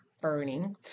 burning